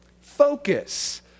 focus